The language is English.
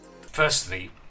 firstly